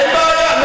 אין בעיה.